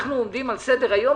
אנחנו עומדים על סדר-היום,